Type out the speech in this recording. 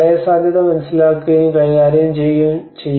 പ്രളയസാധ്യത മനസിലാക്കുകയും കൈകാര്യം ചെയ്യുകയും ചെയ്യുക